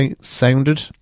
sounded